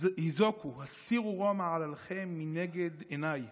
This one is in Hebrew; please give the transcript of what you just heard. הזכו, הסירו רֹע מעלליכם מנגד עינַי,